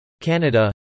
Canada